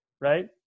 Right